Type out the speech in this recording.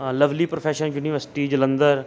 Lovely professional university Jalandhar